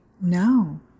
No